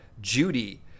Judy